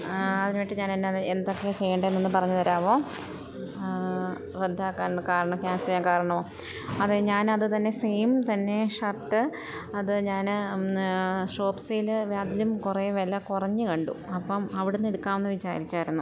അതിന് വേണ്ടിയിട്ട് ഞാൻ എന്നാ എന്തൊക്കെയാണ് ചെയ്യേണ്ടത് എന്നൊന്ന് പറഞ്ഞു തരാമോ റദ്ദാക്കാൻ കാരണം ക്യാന്സല് ചെയ്യാന് കാരണമോ അതേ ഞാന് അത് തന്നെ സെയിം തന്നെ ഷർട്ട് അത് ഞാൻ ഷോപ്സിയിൽ അതിലും കുറേ വില കുറഞ്ഞു കണ്ടു അപ്പം അവിടെ നിന്നെടുക്കാമെന്ന് വിചാരിച്ചായിരുന്നു